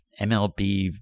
MLB